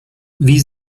wie